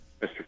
Mr